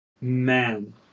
man